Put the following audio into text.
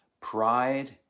Pride